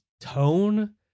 tone